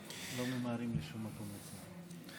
לא ממהרים לשום מקום יותר.